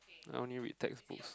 I only read textbooks